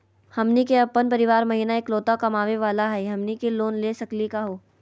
हमनी के अपन परीवार महिना एकलौता कमावे वाला हई, हमनी के लोन ले सकली का हो?